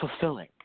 fulfilling